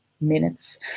minutes